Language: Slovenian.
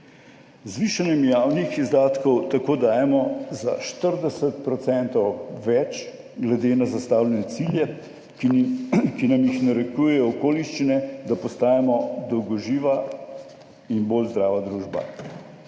zvišanjem javnih izdatkov tako dajemo za 40 % več glede na zastavljene cilje, ki nam jih narekujejo okoliščine, da postajamo dolgoživa in bolj zdrava družba.